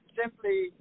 simply